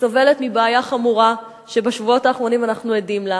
שסובלת מבעיה חמורה שבשבועות האחרונים אנחנו עדים לה,